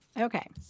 okay